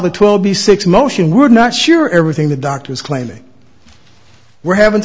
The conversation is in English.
the twelve b six motion we're not sure everything the doctor is claiming we're having